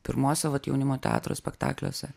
pirmose vat jaunimo teatro spektakliuose